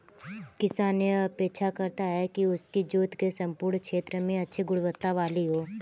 किसान यह अपेक्षा करता है कि उसकी जोत के सम्पूर्ण क्षेत्र में अच्छी गुणवत्ता वाली हो